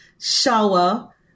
shower